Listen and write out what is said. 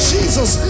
Jesus